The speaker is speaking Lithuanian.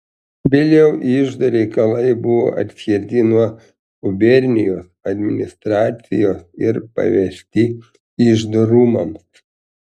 vėliau iždo reikalai buvo atskirti nuo gubernijos administracijos ir pavesti iždo rūmams